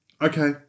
Okay